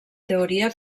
teoria